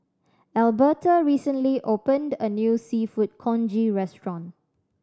Elberta recently opened a new Seafood Congee restaurant